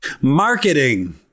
Marketing